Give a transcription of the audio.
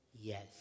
yes